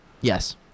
Yes